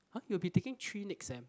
!huh! you will be taking three next sem